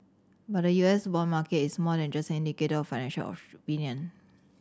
but the U S bond market is more than just an indicator of financial opinion